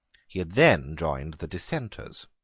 he had then joined the dissenters.